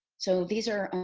so these are